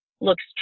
looks